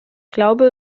glaube